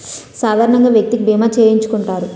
సాధారణంగా వ్యక్తికి బీమా చేయించుకుంటారు